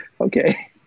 okay